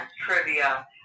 trivia